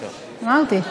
אמרתי.